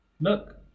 look